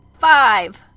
Five